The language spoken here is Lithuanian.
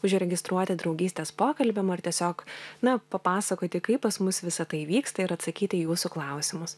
užregistruoti draugystės pokalbiam ar tiesiog na papasakoti kaip pas mus visa tai vyksta ir atsakyti į jūsų klausimus